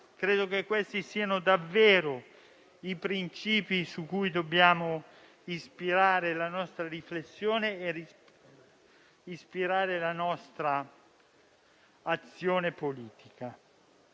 Credo che questi siano davvero i principi cui dobbiamo ispirare la nostra riflessione e la nostra azione politica.